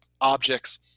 objects